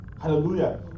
Hallelujah